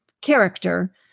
character